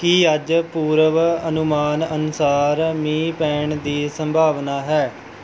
ਕੀ ਅੱਜ ਪੂਰਵ ਅਨੁਮਾਨ ਅਨੁਸਾਰ ਮੀਂਹ ਪੈਣ ਦੀ ਸੰਭਾਵਨਾ ਹੈ